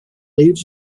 leaves